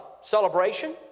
celebration